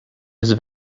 his